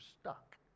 stuck